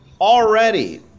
already